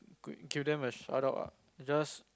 could give them a shout out ah just